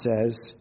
says